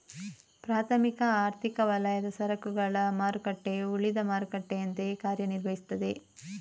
ಪ್ರಾಥಮಿಕ ಆರ್ಥಿಕ ವಲಯದ ಸರಕುಗಳ ಮಾರುಕಟ್ಟೆಯು ಉಳಿದ ಮಾರುಕಟ್ಟೆಯಂತೆಯೇ ಕಾರ್ಯ ನಿರ್ವಹಿಸ್ತದೆ